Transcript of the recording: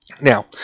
Now